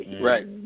Right